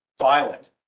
violent